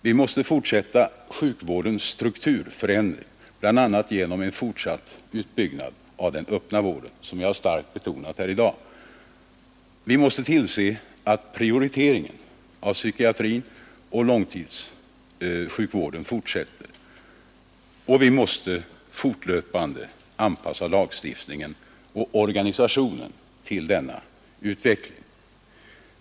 Vi måste fortsätta att förändra sjukvårdens struktur bl.a. genom en fortsatt utbyggnad av den öppna vården, vilket jag starkt har betonat här i dag. Vi måste tillse att prioriteringen av psykiatrioch långtidsvården fortsätter. Vi måste fortlöpande anpassa lagstiftningen och organisationen till denna utveckling.